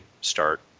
start